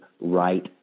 right